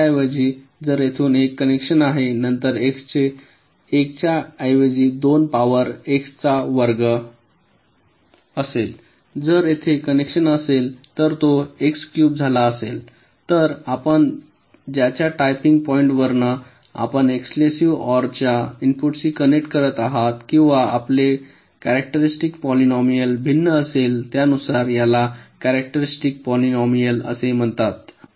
तर त्याऐवजी जर येथून एक कनेक्शन आहे नंतर x चे 1 च्या ऐवजी 2 पॉवर x चा वर्ग जर येथे कनेक्शन असेल तर तो एक्स क्यूब झाला असेल तर आपण ज्याच्या टॅपिंग पॉईंट्सवरुन आपण एक्सक्लुझिव्ह ओआर च्या इनपुटशी कनेक्ट करत आहात किंवा आपले करेट्रिस्टिक पॉलिनोमिल भिन्न असेल त्यानुसार याला करेट्रिस्टिक पॉलिनोमिल म्हणतात